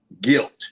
guilt